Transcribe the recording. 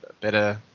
better